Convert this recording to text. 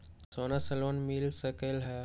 सोना से लोन मिल सकलई ह?